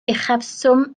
uchafswm